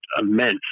immense